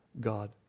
God